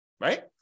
right